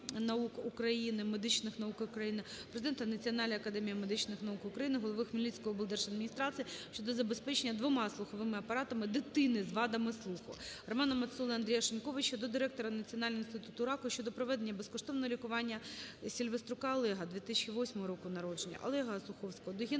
Президента Національної академії медичних наук України, голови Хмельницької облдержадміністрації щодо забезпечення двома слуховим апаратами дитини з вадами слуху. РоманаМацоли та Андрія Шиньковича до Директора Національного інституту раку щодо проведення безкоштовного лікування - Сільвеструка Олега, 2008 року народження. ОлегаОсуховського